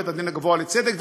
בית-הדין הגבוה לצדק,